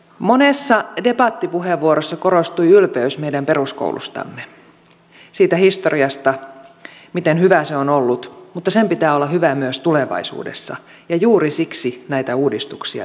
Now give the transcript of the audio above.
monessa debattipuheenvuorossa korostui ylpeys meidän peruskoulustamme siitä historiasta miten hyvä se on ollut mutta sen pitää olla hyvä myös tulevaisuudessa ja juuri siksi näitä uudistuksia tehdään